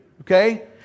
okay